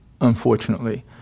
unfortunately